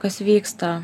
kas vyksta